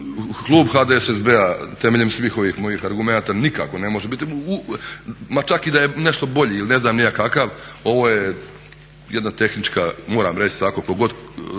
klub HDSSB-a temeljem svih ovih mojih argumenata nikako ne može biti, ma čak i da je nešto bolji ili ne znam ni ja kakav, ovo je jedna tehnička, moram reći tako, tko god